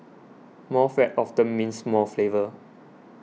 more fat often means more flavour